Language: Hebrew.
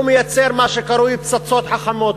הוא מייצר מה שקרוי פצצות חכמות.